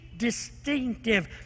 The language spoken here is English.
distinctive